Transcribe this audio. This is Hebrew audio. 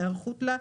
היערכות לה,